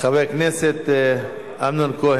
לעומת זאת, הוועדה קבע